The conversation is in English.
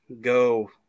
go